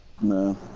No